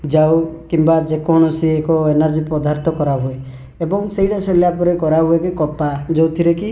ଜାଉ କିମ୍ବା ଯେକୌଣସି ଏକ ଏନର୍ଜି ପ୍ରଦାର୍ଥ କରାହୁଏ ଏବଂ ସେଇଟା ସରିଲାପରେ କରାହୁଏ କି କପା ଯେଉଁଥିରେ କି